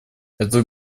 этот